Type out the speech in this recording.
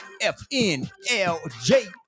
FNLJ